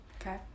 Okay